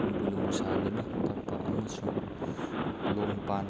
ꯂꯨꯝꯕꯨ ꯂꯨꯝꯕꯨ ꯁꯥꯍꯟꯗꯨꯅ ꯊꯛꯄ ꯑꯃꯁꯨꯡ ꯂꯣꯡ ꯄꯥꯟ